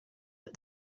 but